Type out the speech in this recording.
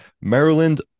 Maryland